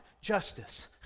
justice